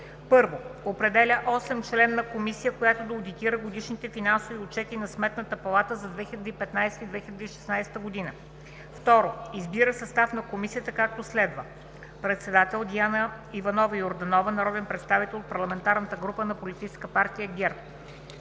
1. Определя осемчленна комисия, която да одитира годишните финансови отчети на Сметната палата за 2015 и 2016 г., 2. Избира състав на комисията, както следва: Председател: Диана Иванова Йорданова – народен представител от Парламентарната група на Политическа партия ГЕРБ;